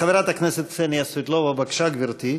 חברת הכנסת קסניה סבטלובה, בבקשה, גברתי.